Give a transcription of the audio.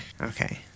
okay